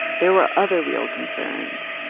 there were other real concerns.